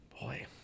boy